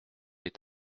est